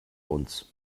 uns